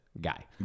guy